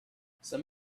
some